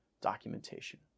documentation